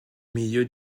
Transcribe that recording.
meilleur